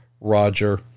Roger